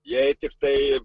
jei tiktai